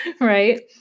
Right